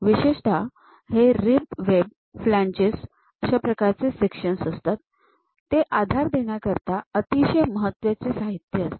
विशेषतः हे rib web flanges प्रकारचे सेक्शन्स असतात ते आधार देण्याकरिता अतिशय महत्वाचे साहित्य असते